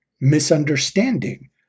misunderstanding